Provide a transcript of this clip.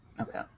okay